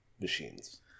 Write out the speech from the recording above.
machines